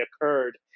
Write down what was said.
occurred